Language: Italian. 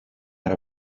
era